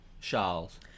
Charles